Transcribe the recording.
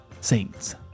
saints